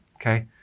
Okay